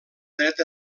dreta